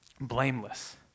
blameless